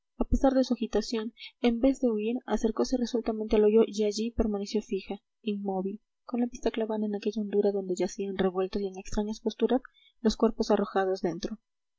a pesar de su agitación en vez de huir acercose resueltamente al hoyo y allí permaneció fija inmóvil con la vista clavada en aquella hondura donde yacían revueltos y en extrañas posturas los cuerpos arrojados dentro